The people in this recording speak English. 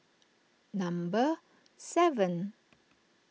number seven